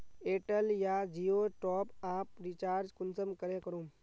Airtel या जियोर top आप रिचार्ज कुंसम करे करूम?